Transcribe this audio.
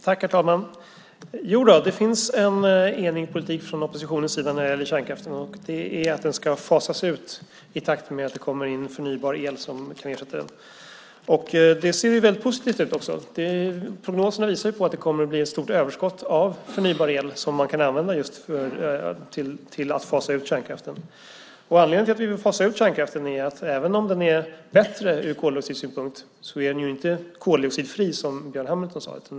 Herr talman! Det finns en enig politik från oppositionens sida när det gäller kärnkraften. Den ska fasas ut i takt med att det kommer förnybar el som kan ersätta den. Det ser positivt ut. Prognoserna visar att det kommer att bli ett stort överskott av förnybar el som man kan använda till att just fasa ut kärnkraften. Anledningen till att vi vill fasa ut kärnkraften är att även om den är bättre ur koldioxidsynpunkt så är den inte koldioxidfri som Björn Hamilton sade.